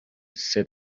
sit